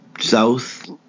south